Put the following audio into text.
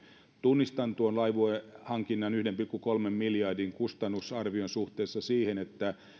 tunnistan tuon laivuehankinnan yhden pilkku kolmen miljardin kustannusarvion suhteessa siihen että